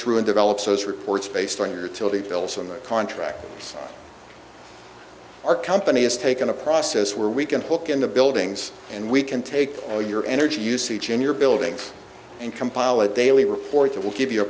through and develop those reports based on her till he builds on that contract our company has taken a process where we can hook into buildings and we can take all your energy use each in your building and compile a daily report that will give you a